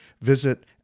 Visit